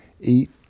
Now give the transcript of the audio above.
eat